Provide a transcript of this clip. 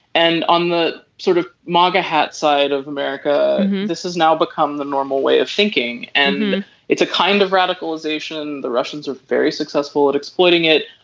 and on the sort of marga outside of america this has now become the normal way of thinking and it's a kind of radicalization. the russians are very successful at exploiting it.